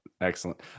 Excellent